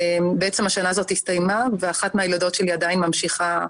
בעצם השנה הזאת הסתיימה ואחת מהילדות שלי עדיין ממשיכה,